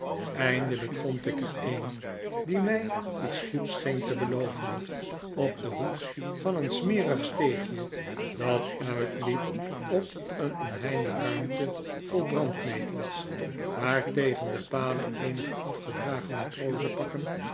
eindelijk vond ik er een die mij iets goeds scheen te beloven op den hoek van een smerig steegje dat uitliep op een omheinde ruimte vol brandnetels waar tegen de palen eenige afgedragen